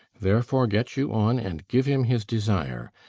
therefore get you on and give him his desire.